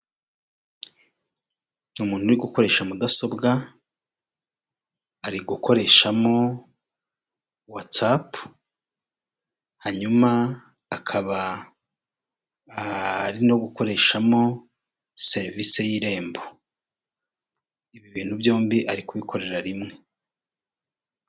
Nyakubahwa perezida wa repubulika y'u Rwanda Paul Kagame, imbere ye hari indangururamajwi imufasha kugeza ijambo ku mbaga y'abantu benshi iri imbere ye, bakurikiye icyo ari kubabwira.